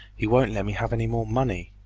he won't let me have any more money.